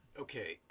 Okay